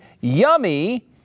yummy